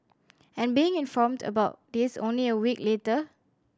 and being informed about this only a week later